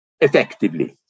effectively